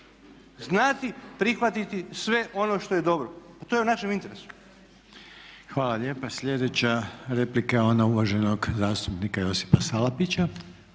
znati prihvatiti sve ono što je dobro. Pa to je u našem interesu. **Reiner, Željko (HDZ)** Hvala lijepa. Sljedeća replika je ona uvaženog zastupnika Josipa Salapića.